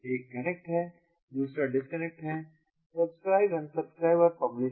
एक कनेक्ट है दूसरा डिस्कनेक्ट है सब्सक्राइब अनसब्सक्राइब और पब्लिश